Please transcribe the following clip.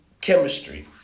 chemistry